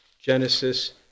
Genesis